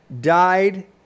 died